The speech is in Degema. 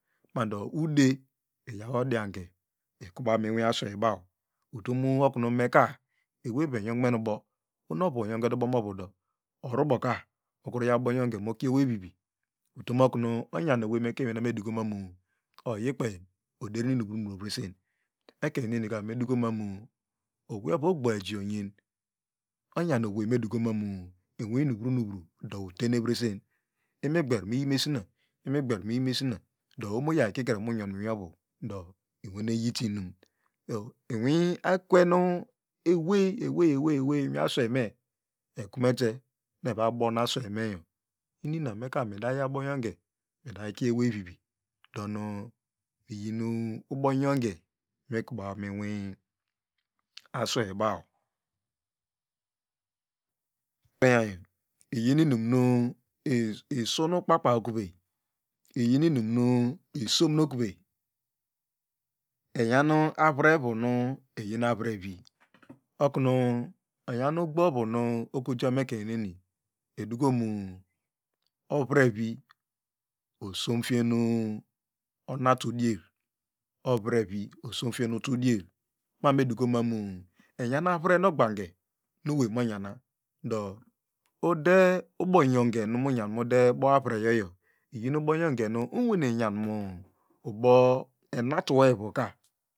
Mando ude iyaw ohange ikubaw minwi aswey baw utomokunu meka eweyvivi enyonk men u i ohono ovu onyongete ubi morudo ovu boka okru yaw ubongonge mokie owey vivi utomokunu enyan oweiny mu ekwe ngweyna meduko manu oyikpey oderin inunvru invroininro ovresen ekeiny nenika medi kamanu owey ovu ogbo ehi onyen ongan oweynu dukomanu inwinim vru inimvro do otene vresen imigber mi yi mesina imigber miyi mesina do ohonu yaw ikikre mu nyon mu inwi ovudo inwene yotuinim do inwi ekwenu ewey ewey ewey inwi aswayme ekmete no evo bon aswey meyo inina meka mid yaw ubo nyonge mikie ewey vivi do nu iyinu ubongonge meku baw mi aswey baw iyi nu inumu usu nu kpakpa okiwey iyin inumu isom okurvay enyan avre vunum eyiri avrevi okunu enyam ogbovunu ojame keiny neni edukomu ovrevi osomfien onatu dier ovrevi osomfien utu dier maneduko nam eyan avre nogbange owey mon yana do ude ubongonge nu munyan ubo ade avreyo iyinu ubongonge nu unwane nya6mu ubo enatuno evuka